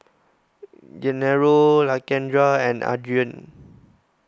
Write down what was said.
Gennaro Lakendra and Adrain